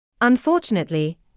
Unfortunately